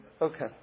Okay